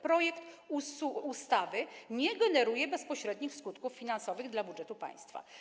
Projekt ustawy nie generuje bezpośrednich skutków finansowych dla budżetu państwa.